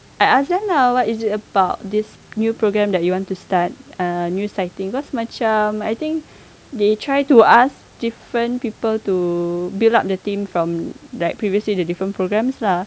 I ask them ah what is it about this new program that you want to start uh new siting cause macam I think they try to ask different people to build up the team from like previously the different programs lah